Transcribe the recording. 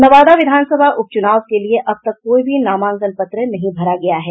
नवादा विधानसभा उपचुनाव के लिए अब तक कोई भी नामांकन पत्र नहीं भरा गया है